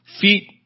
feet